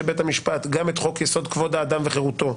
בית המשפט גם את חוק יסוד: כבוד האדם וחירותו,